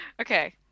okay